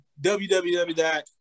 www